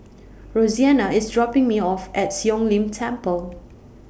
Roseanna IS dropping Me off At Siong Lim Temple